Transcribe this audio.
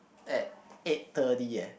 at eight thirty leh